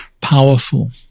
powerful